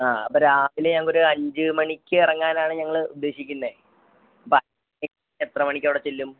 ആ അപ്പോൾ രാവിലെ ഞങ്ങൾക്ക് ഒരു അഞ്ച് മണിക്ക് ഇറങ്ങാനാണ് ഞങ്ങൾ ഉദ്ദേശിക്കുന്നത് അപ്പോൾ എത്രമണിക്ക് അവിടെ ചെല്ലും